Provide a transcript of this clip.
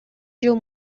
жыл